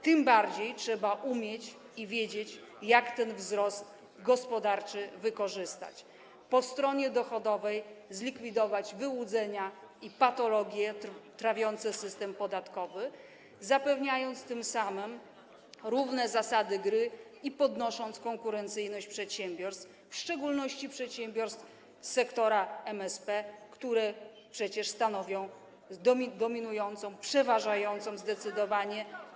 Tym bardziej trzeba umieć i wiedzieć, jak ten wzrost gospodarczy wykorzystać - po stronie dochodowej zlikwidować wyłudzenia i patologie trawiące system podatkowy, zapewniając tym samym równe zasady gry i podnosząc konkurencyjność przedsiębiorstw, w szczególności przedsiębiorstw sektora MSP, które przecież stanowią dominującą, zdecydowanie przeważającą.